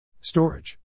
Storage